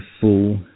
full